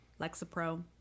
Lexapro